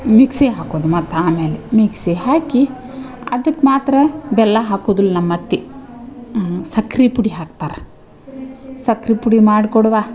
mixie ಹಾಕೋದು ಮತ್ತು ಆಮೇಲೆ ಮಿಕ್ಸಿ ಹಾಕಿ ಅದಕ್ಕೆ ಮಾತ್ರ ಬೆಲ್ಲ ಹಾಕೋದಿಲ್ಲ ನಮ್ಮ ಅತ್ತಿ ಸಕ್ರೆ ಪುಡಿ ಹಾಕ್ತಾರೆ ಸಕ್ರೆ ಪುಡಿ ಮಾಡ್ಕೊಡುವ